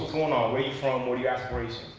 going on? where you from? what are your aspirations?